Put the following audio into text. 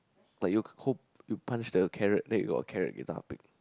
like you hope you punch the carrot then you got a carrot guitar pick